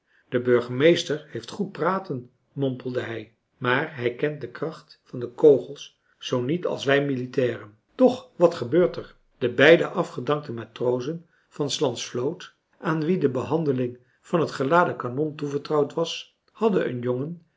de burgemeester heeft goed praten mompelde hij maar hij kent de kracht van de kogels zoo niet als wij militairen doch wat gebeurt er de beide afgedankte matrozen van s lands vloot aan wie de behandeling van het geladen kanon toevertrouwd was hadden een jongen